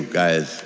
guys